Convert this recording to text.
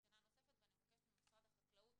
משרד החינוך,